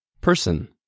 person